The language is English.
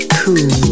cool